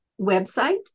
Website